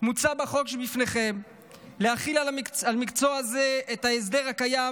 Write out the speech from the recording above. מוצע בחוק שבפניכם להחיל על מקצוע זה את ההסדר הקיים